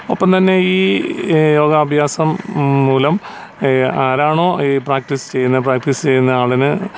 ഒപ്പം തന്നെ ഈ യോഗ അഭ്യാസം മൂലം ഈ ആരാണോ ഈ പ്രാക്ടീസ് ചെയ്യുന്ന പ്രാക്ടീസ് ചെയ്യുന്ന ആളിന്